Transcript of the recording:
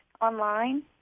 online